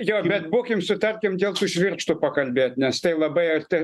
jo bet būkim sutarkim dėl tų švirkštų pakalbėt nes tai labai arti